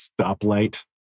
stoplight